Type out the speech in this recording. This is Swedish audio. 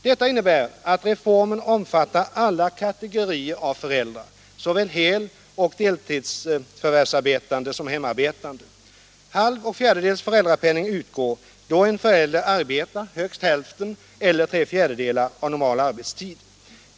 Detta innebär att reformen omfattar alla kategorier av föräldrar — såväl heloch deltidsförvärvsarbetande som hemarbetande. Halv och fjärdedels föräldrapenning utgår då en förälder arbetar högst hälften eller tre fjärdedelar av normal arbetstid.